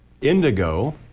Indigo